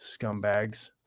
scumbags